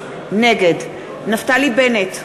נגד נפתלי בנט,